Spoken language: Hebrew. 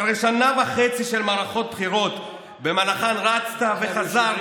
אחרי שנה וחצי של מערכות בחירות שבמהלכן רצת וחזרת